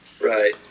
Right